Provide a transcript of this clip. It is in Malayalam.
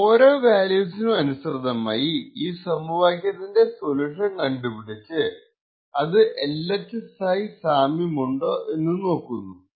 ഈ ഓരോ വാല്യൂവിനു അനുസൃതമായി ഈ സമവാക്യത്തിന്റെ സൊല്യൂഷൻ കണ്ടുപിടിച്ച് അത് LHS ആയി സാമ്യമുണ്ടോ എന്ന് നോക്കുന്നു